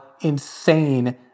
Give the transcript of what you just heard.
insane